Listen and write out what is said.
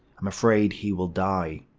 i'm afraid he will die.